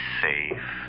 safe